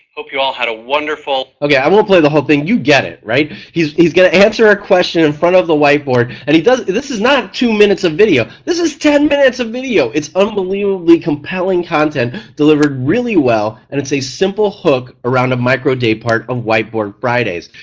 hope you all had a wonderful, okay, i won't play the whole thing, you get it, right? he's he's going to answer a question in front of the whiteboard and this is not two minutes of video, this is ten minutes of video. it's unbelievably compelling content delivered really well and it's a simple hook around a micro daypart of whiteboard fridays.